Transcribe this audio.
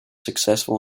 successful